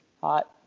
Hot